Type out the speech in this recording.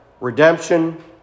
redemption